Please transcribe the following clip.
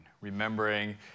remembering